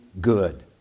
good